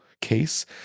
case